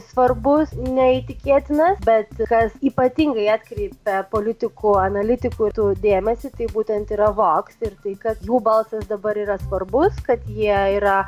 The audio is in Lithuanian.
svarbus neįtikėtinas bet kas ypatingai atkreipia politikų analitikų tų dėmesį tai būtent yra vogs ir tai kad jų balsas dabar yra svarbus kad jie yra